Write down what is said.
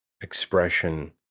expression